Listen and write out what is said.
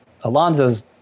Alonzo's